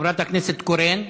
חברת הכנסת קורן.